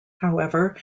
however